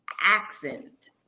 accent